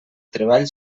treball